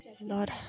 Lord